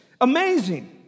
Amazing